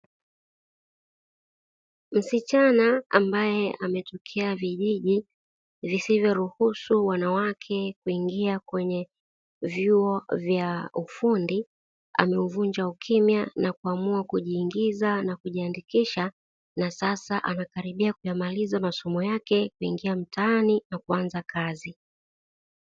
Msichana ambaye ametokea vijiji visivyoruhusu wanawake kuingia kwenye vyuo vya ufundi, ameuvunja ukimya na kuamua kujiingiza na kujiandikisha na sasa anakaribia kuyamaliza masomo yake kuingia mtaani na kuanza kazi.